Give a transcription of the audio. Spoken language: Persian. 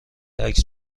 عکس